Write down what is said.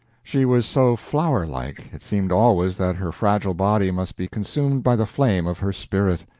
she was so flower-like, it seemed always that her fragile body must be consumed by the flame of her spirit.